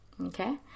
Okay